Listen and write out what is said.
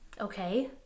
okay